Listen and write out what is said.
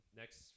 next